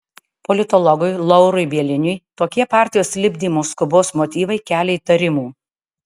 politologui laurui bieliniui tokie partijos lipdymo skubos motyvai kelia įtarimų